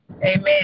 amen